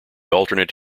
alternate